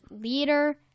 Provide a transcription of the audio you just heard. leader